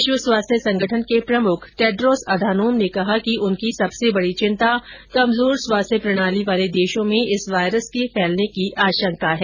विश्व स्वास्थ्य संगठन के प्रमुख टेड्रोस अधानोम ने कहा कि उनकी सबसे बड़ी चिंता कमजोर स्वास्थ्य प्रणाली वाले देशों में इस वायरस के फैलने की आशंका है